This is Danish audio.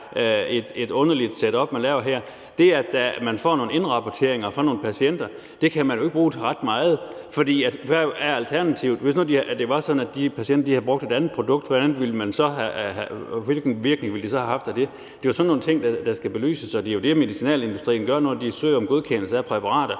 et underligt setup, man laver her. Det, at man får nogle indrapporteringer om nogle patienter, kan man jo ikke bruge til ret meget, for hvad er alternativet? Hvis nu det var sådan, at de patienter havde brugt et andet produkt, hvilken virkning ville det så have haft på dem? Det er sådan nogle ting, der skal belyses, og det er jo det, medicinalindustrien gør, når de søger om godkendelse af præparater,